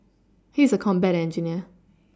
he is a combat engineer